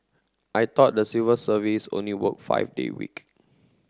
I thought the civil service only work five day week